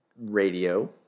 radio